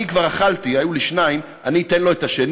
אני כבר אכלתי, היו לי שניים, אני אתן לו את השני.